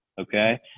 okay